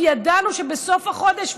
כי ידענו שבסוף החודש,